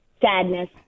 sadness